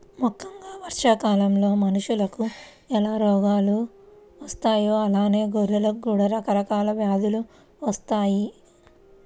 ముక్కెంగా వర్షాకాలంలో మనుషులకు ఎలా రోగాలు వత్తాయో అలానే గొర్రెలకు కూడా రకరకాల వ్యాధులు వత్తయ్యి